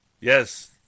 Yes